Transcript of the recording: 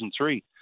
2003